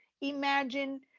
imagine